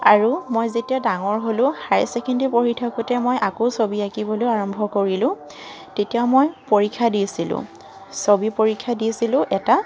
আৰু মই যেতিয়া ডাঙৰ হ'লোঁ হায়াৰ ছেকেণ্ডেৰী পঢ়ি থাকোতে মই আকৌ ছবি আঁকিবলৈ আৰম্ভ কৰিলোঁ তেতিয়া মই পৰীক্ষা দিছিলোঁ ছবি পৰীক্ষা দিছিলো এটা